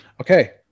okay